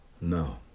No